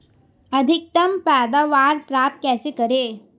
अधिकतम पैदावार प्राप्त कैसे करें?